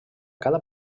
cada